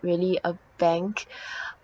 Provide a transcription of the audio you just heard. really a bank